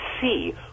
see